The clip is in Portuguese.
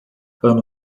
ano